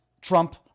Trump